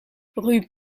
rue